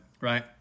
right